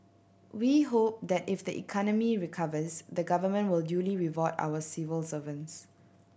we hope that if the economy recovers the Government will duly reward our civil servants